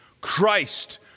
Christ